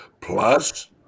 plus